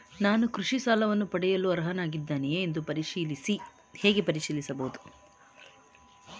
ನಾನು ಕೃಷಿ ಸಾಲವನ್ನು ಪಡೆಯಲು ಅರ್ಹನಾಗಿದ್ದೇನೆಯೇ ಎಂದು ಹೇಗೆ ಪರಿಶೀಲಿಸಬಹುದು?